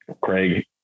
Craig